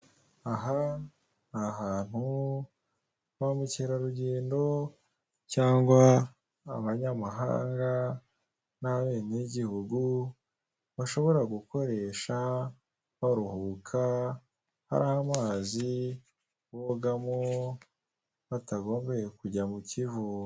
Aha ni ahantu ba mukerarugendo cyangwa abanyamahanga n'abenegihugu bashobora gukoresha baruhuka hari amazi boga mo batagombeye kujya mu kivu.